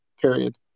Period